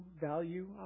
value